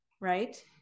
right